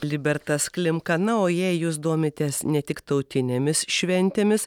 libertas klimka na o jei jūs domitės ne tik tautinėmis šventėmis